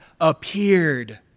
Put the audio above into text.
appeared